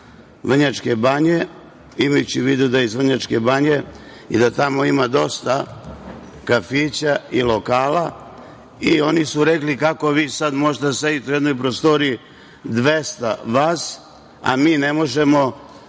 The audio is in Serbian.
Vrnjačke Banje, imajući u vidu da je iz Vrnjačke Banje i da tamo ima dosta kafića i lokala. Oni su rekli – kako vi sad možete da sedite u jednoj prostoriji, 200 vas, a mi ne možemo,